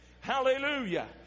Hallelujah